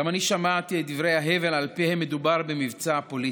גם אני שמעתי את דברי ההבל שלפיהם מדובר במבצע פוליטי,